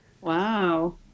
Wow